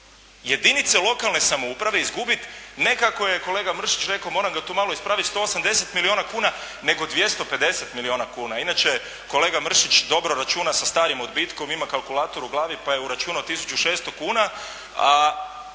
jedinice lokalne samouprave izgubiti ne kako je kolega Mršić rekao moram ga tu malo ispraviti, 180 milijuna kuna nego 250 milijuna kuna. Inače kolega Mršić dobro računa sa starim odbitkom, ima kalkulator u glavi pa je uračunao 1.600,00 kuna